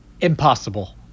Impossible